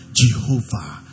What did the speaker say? jehovah